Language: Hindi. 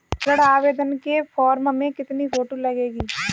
ऋण आवेदन के फॉर्म में कितनी फोटो लगेंगी?